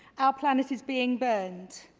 ah planet is being burned.